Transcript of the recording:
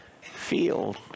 field